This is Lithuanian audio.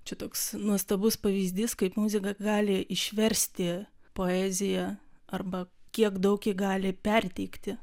čia toks nuostabus pavyzdys kaip muzika gali išversti poeziją arba kiek daug ji gali perteikti